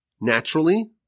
naturally